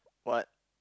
what